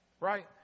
Right